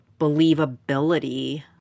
believability